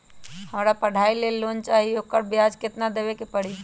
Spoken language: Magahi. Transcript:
हमरा पढ़ाई के लेल लोन चाहि, ओकर ब्याज केतना दबे के परी?